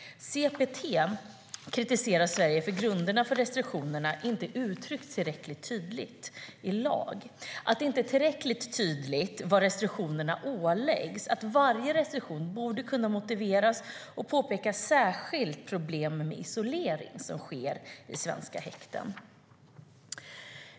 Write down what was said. CPT kritiserar Sverige för att grunderna för restriktionerna inte uttrycks tillräckligt tydligt i lag, att det inte är tillräckligt tydligt var restriktioner åläggs, att varje restriktion borde kunna motiveras och påpekar särskilt problemen med isolering som sker i svenska häkten.